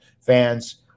fans